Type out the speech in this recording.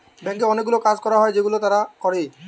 ব্যাংকে অনেকগুলা কাজ হচ্ছে যেগুলা তারা করে